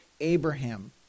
Abraham